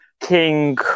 king